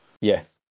Yes